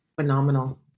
phenomenal